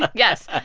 but yes. ah